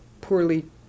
poorly